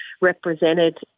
represented